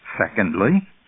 Secondly